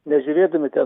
nežiūrėdami ten